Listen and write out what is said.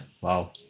wow